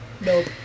Nope